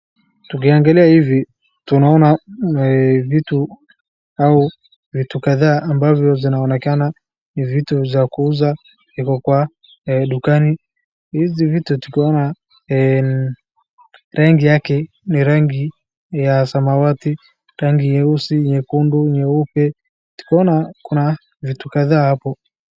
Tukiangalia hivi tunaona vitu au vitu kadhaa ambazo zinaonekana ni vitu za kuuza ziko dukani, hizi vitu tukiona rangi yake ni rangi ya samawati, rangi nyeusi, nyekundu, nyeupe, tukiona kuna vitu kadhaa hapo.